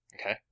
Okay